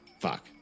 Fuck